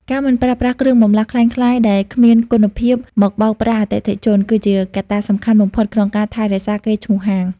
ការមិនប្រើប្រាស់គ្រឿងបន្លាស់ក្លែងក្លាយដែលគ្មានគុណភាពមកបោកប្រាស់អតិថិជន គឺជាកត្តាសំខាន់បំផុតក្នុងការថែរក្សាកេរ្តិ៍ឈ្មោះហាង។